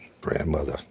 grandmother